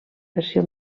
versió